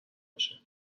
باشه